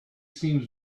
seems